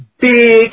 big